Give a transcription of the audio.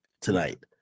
tonight